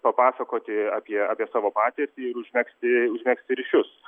papasakoti apie apie savo patirtį ir užmegzti užmegzti ryšius